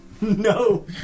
No